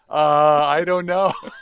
i don't know